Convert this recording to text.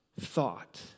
thought